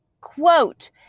quote